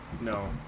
No